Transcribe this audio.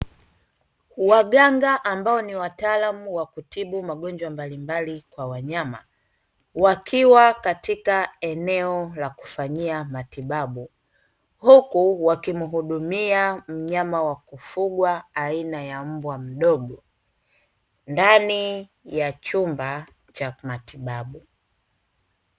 Waganga ambao ni wataalamu wa kutibu magonjwa mbalimbali kwa wanyama, wakiwa katika eneo la kufanyia matibabu huku wakimuhudumia mnyama wa kufugwa aina ya mbwa mdogo ndani ya chumba cha kimatibabu.